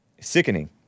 sickening